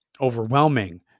overwhelming